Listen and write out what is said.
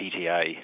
PTA